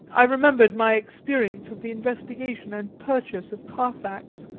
i remembered my experience of the investigation and purchase of carfax,